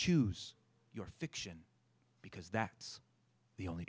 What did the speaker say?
choose your fiction because that's the only